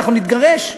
אנחנו נתגרש,